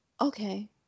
okay